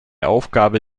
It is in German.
aufgabe